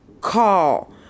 call